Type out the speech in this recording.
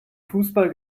fußball